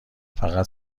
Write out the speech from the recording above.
فقط